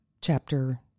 chapter